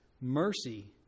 mercy